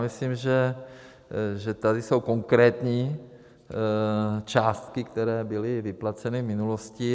Myslím, že tady jsou konkrétní částky, které byly vyplaceny v minulosti.